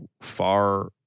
far